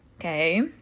Okay